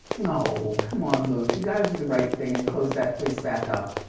no, come on luke, you gotta do the right thing and close that place back up.